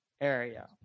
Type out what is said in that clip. Area